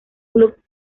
club